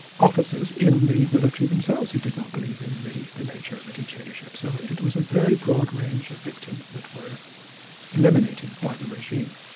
officers in the military themselves, who did not believe in the the nature of the dictatorship, so it was a very broad range of victims that were eliminated by the regime.